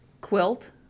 Quilt